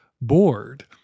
bored